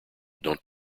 don’t